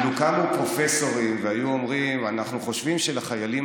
אילו קמו פרופסורים והיו אומרים: אנחנו חושבים שלחיילים